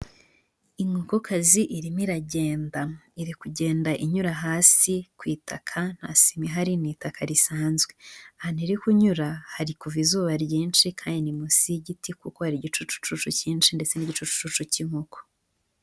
Inkoko kazi irimo iragenda, iri kugenda inyura hasi ku ita nta sima ihari ni itaka risanzwe, ahantu iri kunyura hari kuva izuba ryinshi kandi ni munsi y'igiti kuko hari igicucu cucu cyinshi ndetse n'igicucu cucu cy'inkoko.